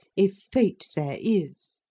if fate there is.